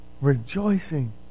Rejoicing